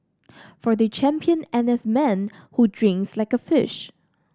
for the champion N S man who drinks like a fish